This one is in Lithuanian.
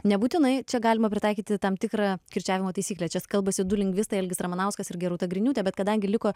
nebūtinai čia galima pritaikyti tam tikrą kirčiavimo taisyklę čia kalbasi du lingvistai algis ramanauskas ir gerūta griniūtė bet kadangi liko